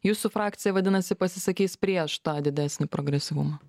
jūsų frakcija vadinasi pasisakys prieš tą didesnį progresyvumą